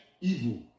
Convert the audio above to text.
evil